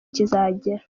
kizagera